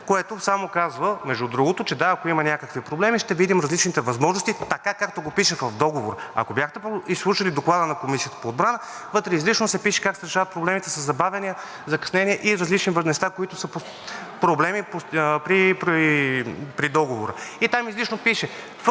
което само казва, между другото, че, да, ако има някакви проблеми, ще видим различните възможности, така както го пише в договора! Ако бяхте изслушали Доклада на Комисията по отбрана, вътре изрично пише как се решават проблемите със забавяне, закъснение и различни неща, които са проблеми при договора. Там изрично пише: